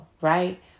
right